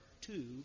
two